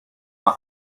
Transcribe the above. mijn